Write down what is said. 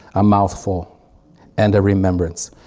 a mouthful and a remembrance.